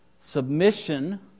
Submission